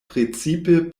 precipe